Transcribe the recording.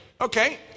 okay